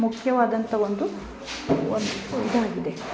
ಮುಖ್ಯವಾದಂಥ ಒಂದು ಒಂದು ಇದಾಗಿದೆ